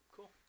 Cool